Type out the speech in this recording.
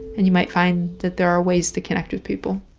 and you might find that there are ways to connect with people